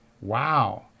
Wow